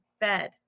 bed